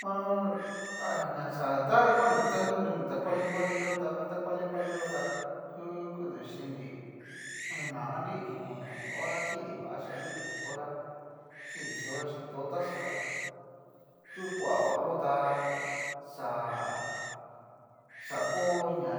Ha ha. ña xa tá ha bueno ta xhinruri, ta luali luali yó tá, ta ngu ta kuali kuali yó tá, mkú kuduchí nri ono nri íín hora kidivachí anri uxi hora kidichí hora chí, totaxa kú kuayó tá xá. xa ho ña